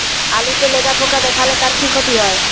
আলুতে লেদা পোকা দেখালে তার কি ক্ষতি হয়?